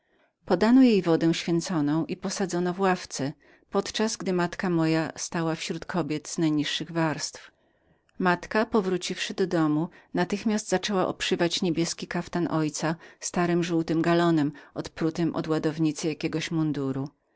podano jej wodę święconą posadzono w ławce podczas gdy matka moja stała wraz z innemi kobietami w kruchcie matka moja powróciwszy do domu natychmiast zaczęła obszywać niebieski kaftan mego ojca starym galonem odprutym od ładownicy jakiegoś muszkietu